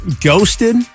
ghosted